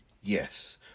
yes